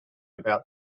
about